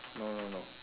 no no no